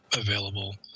available